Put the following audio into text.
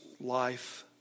life